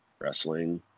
wrestling